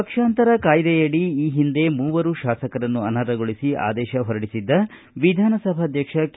ಪಕ್ಷಾಂತರ ಕಾಯ್ದೆಯಡಿ ಈ ಹಿಂದೆ ಮೂವರು ಶಾಸಕರನ್ನು ಅನರ್ಹಗೊಳಿಸಿ ಆದೇಶ ಹೊರಡಿಸಿದ್ದ ವಿಧಾನಸಭಾಧ್ಯಕ್ಷ ಕೆ